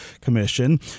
commission